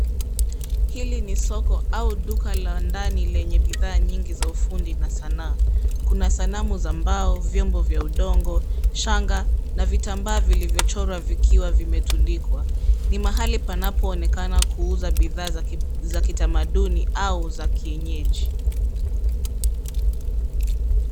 Hili ni soko au duka la ndani lenye bidhaa nyingi za ufundi na sanaa . Kuna sanamu za mbao, vyombo vya udongo, shanga na vitambaa vilivyo chorwa vikiwa vimetundikwa. Ni mahali panapo onekana kuuza bidhaa za kitamaduni au za kienyeji.